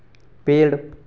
पेड़